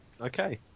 Okay